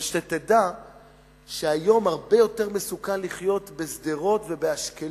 אבל כדאי שאתה תדע שהיום הרבה יותר מסוכן לחיות בשדרות ובאשקלון